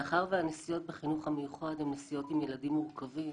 מאחר והנסיעות בחינוך המיוחד הן נסיעות עם ילדים מורכבים,